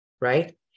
right